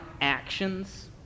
actions